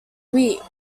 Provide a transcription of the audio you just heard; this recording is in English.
weep